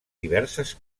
diverses